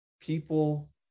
people